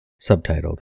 Subtitled